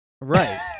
right